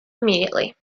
immediately